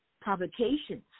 provocations